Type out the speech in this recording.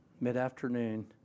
mid-afternoon